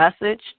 Message